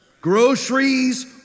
Groceries